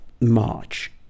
March